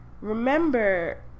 remember